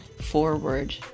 forward